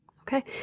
Okay